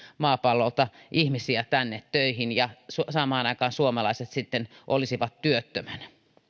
maapallolta ihmisiä tänne töihin kun samaan aikaan suomalaiset sitten olisivat työttömänä